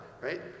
right